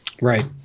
Right